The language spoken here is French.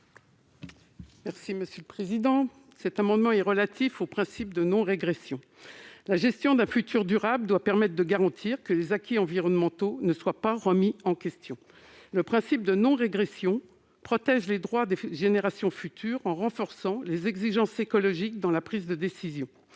Mme Raymonde Poncet Monge. Cet amendement vise le principe de non-régression. La gestion d'un avenir durable doit permettre de garantir que les acquis environnementaux ne seront pas remis en question. Le principe de non-régression protège les droits des générations futures, en renforçant l'exigence écologique lors des prises de décision.